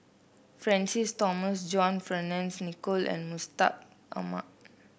Francis Thomas John Fearns Nicoll and Mustaq Ahmad